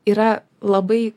yra labai